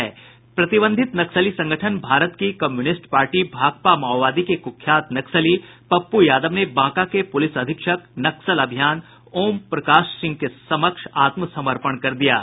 प्रतिबंधित नक्सली संगठन भारत की कम्युनिस्ट पार्टी भाकपा माओवादी के कुख्यात नक्सली पप्पू यादव ने बांका के पुलिस अधीक्षक नक्सल अभियान ओम प्रकाश सिंह के समक्ष आत्मसमर्पण कर दिया है